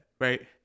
right